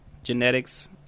genetics